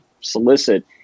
solicit